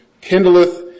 kindleth